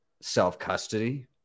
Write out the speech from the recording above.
self-custody